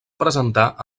presentar